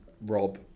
Rob